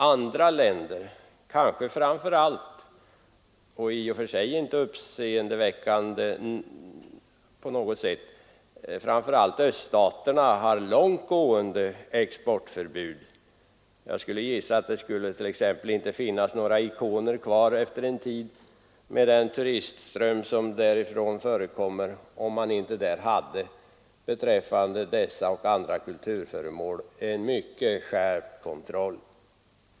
Andra länder, kanske framför allt öststaterna — vilket i och för sig inte på något sätt är uppseendeväckande —, har långt gående exportförbud. Jag skulle gissa att det med den turistström som dessa länder har t.ex. inte skulle finnas några ikoner kvar efter en tid, om man inte beträffande ikoner och andra kulturföremål hade en mycket skärpt kontroll.